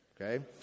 okay